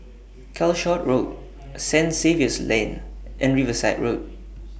Calshot Road Saint Xavier's Lane and Riverside Road